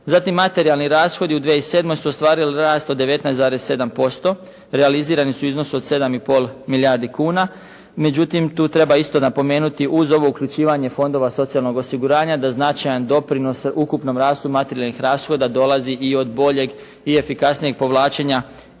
Zatim materijalni rashodi u 2007. su ostvarili rast od 19,7%. Realizirani su u iznosu od 7 i pol milijardi kuna. Međutim tu treba isto napomenuti uz ovo uključivanje fondova socijalnog osiguranja da značajan doprinos sveukupnom rastu materijalnih rashoda dolazi i od boljeg i efikasnijeg povlačenja